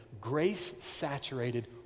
grace-saturated